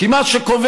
כי מה שקובע,